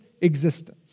existence